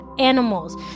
animals